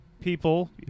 people